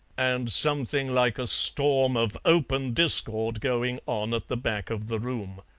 and something like a storm of open discord going on at the back of the room.